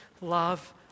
love